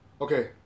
Okay